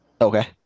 Okay